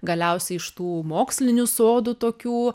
galiausiai iš tų mokslinių sodų tokių